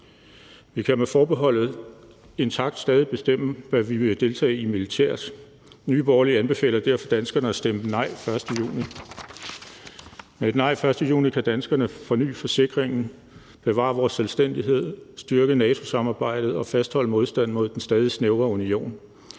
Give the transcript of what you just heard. vi med forbeholdet intakt stadig bestemme, hvad vi vil deltage i militært. Nye Borgerlige anbefaler derfor danskerne at stemme nej den 1. juni. Med et nej den 1. juni kan danskerne forny forsikringen, bevare vores selvstændighed, styrke NATO-samarbejdet og fastholde modstanden mod den stadig snævrere union